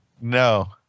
No